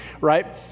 right